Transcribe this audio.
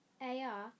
AR